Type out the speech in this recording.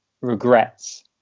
regrets